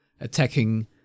attacking